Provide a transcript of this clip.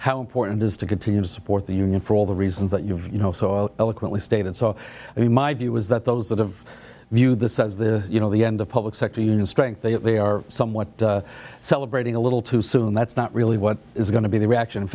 how important is to continue to support the union for all the reasons that you've you know so eloquently stated so i mean my view is that those that have view this as the you know the end of public sector union strength if they are somewhat celebrating a little too soon that's not really what is going to be the reaction in